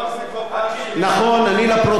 נכון, אני לפרוטוקול אמרתי,